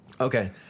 Okay